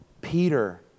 Peter